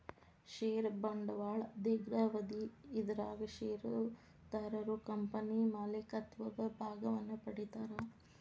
ಷೇರ ಬಂಡವಾಳ ದೇರ್ಘಾವಧಿ ಇದರಾಗ ಷೇರುದಾರರು ಕಂಪನಿ ಮಾಲೇಕತ್ವದ ಭಾಗವನ್ನ ಪಡಿತಾರಾ